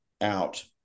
out